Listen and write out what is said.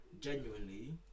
genuinely